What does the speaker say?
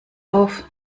auf